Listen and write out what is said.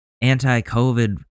anti-COVID